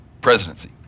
presidency